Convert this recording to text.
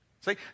See